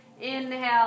Inhale